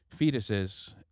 fetuses